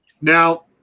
Now